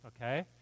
okay